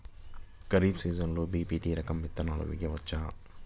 ఖరీఫ్ సీజన్లో బి.పీ.టీ రకం విత్తనాలు వేయవచ్చా?